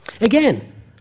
Again